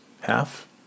half